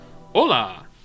Hola